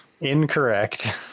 Incorrect